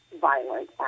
violent